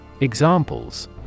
Examples